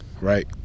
right